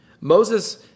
Moses